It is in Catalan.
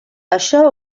això